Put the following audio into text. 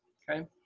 okay?